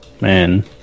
man